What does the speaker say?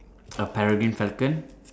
a peregrine falcon